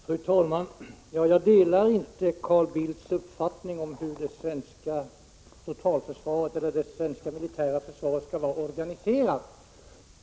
Fru talman! Jag delar inte Carl Bildts uppfattning om hur det svenska — 1 juni 1987 militära försvaret skall vara organiserat.